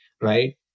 right